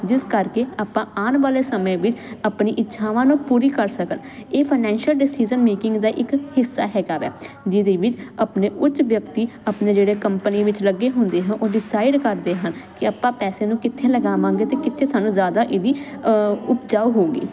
ਜਿਸ ਕਰਕੇ ਆਪਾਂ ਆਉਣ ਵਾਲੇ ਸਮੇਂ ਵਿੱਚ ਆਪਣੀ ਇੱਛਾਵਾਂ ਨੂੰ ਪੂਰੀ ਕਰ ਸਕਣ ਇਹ ਫਾਨੈਂਸ਼ਅਲ ਡਿਸੀਜ਼ਨ ਮੇਕਿੰਗ ਦਾ ਇੱਕ ਹਿੱਸਾ ਹੈਵੇਗਾ ਵੈ ਜਿਹਦੇ ਵਿੱਚ ਆਪਣੇ ਉੱਚ ਵਿਅਕਤੀ ਆਪਣੇ ਜਿਹੜੇ ਕੰਪਨੀ ਵਿੱਚ ਲੱਗੇ ਹੁੰਦੇ ਹਨ ਉਹ ਡਿਸਾਈਡ ਕਰਦੇ ਹਨ ਕਿ ਆਪਾਂ ਪੈਸੇ ਨੂੰ ਕਿੱਥੇ ਲਗਾਵਾਂਗੇ ਤੇ ਕਿੱਥੇ ਸਾਨੂੰ ਜਿਆਦਾ ਇਹਦੀ ਉਪਜਾਊ ਹੋਊਗੀ